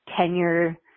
tenure